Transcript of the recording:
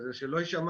אז שלא יישמע